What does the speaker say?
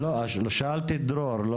שאלתי את דרור.